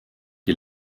die